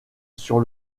sur